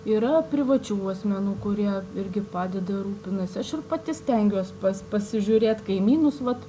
yra privačių asmenų kurie irgi padeda rūpinasi aš ir pati stengiuos pas pasižiūrėt kaimynus vat